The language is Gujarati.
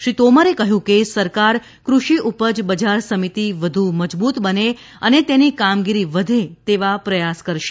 શ્રી તોમરે કહ્યું કે સરકાર કૃષિ ઉપજ બજાર સમિતિ વધુ મજબુત બને અને તેની કામગીરી વધે તેવા પ્રયાસ કરશે